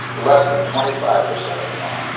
less than twenty five percent of them are.